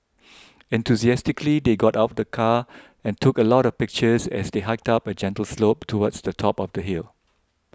enthusiastically they got out of the car and took a lot of pictures as they hiked up a gentle slope towards the top of the hill